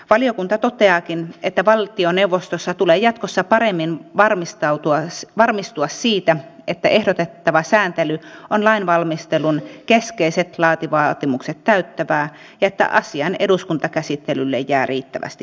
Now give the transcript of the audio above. valiokunta toteaakin että valtioneuvostossa tulee jatkossa paremmin varmistua siitä että ehdotettava sääntely on lainvalmistelun keskeiset laatuvaatimukset täyttävää ja että asian eduskuntakäsittelylle jää riittävästi aikaa